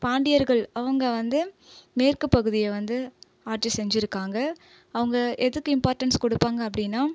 பாண்டியர்கள் அவங்க வந்து மேற்கு பகுதியை வந்து ஆட்சி செஞ்சுருக்காங்க அவங்க எதுக்கு இம்பார்ட்டன்ஸ் கொடுப்பாங்க அப்படின்னா